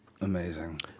Amazing